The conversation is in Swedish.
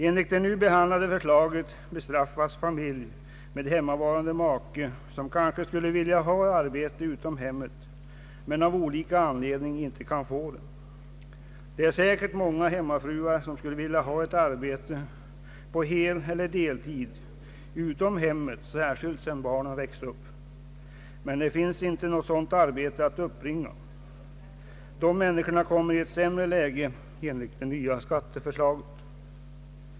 Enligt det nu behandlade förslaget bestraffas familj med hemmavarande make, som kanske skulle vilja ha arbete utom hemmet, men av olika anledningar inte kan få det. Det finns säkert många hemmafruar som skulle vilja ha ett arbete utom hemmet, på heleller deltid, särskilt sedan barnen vuxit upp. Men det finns inget sådant arbete att uppbringa. Dessa människor kommer i ett sämre läge enligt det nya skatteförslaget.